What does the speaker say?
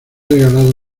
regalado